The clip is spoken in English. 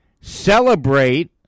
celebrate